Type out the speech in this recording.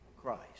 Christ